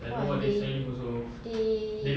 !wah! they they